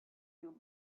you